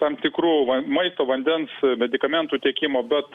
tam tikrų va maisto vandens medikamentų tiekimo bet